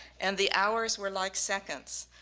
and the hours were like seconds,